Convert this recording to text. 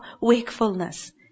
wakefulness